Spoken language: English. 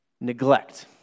Neglect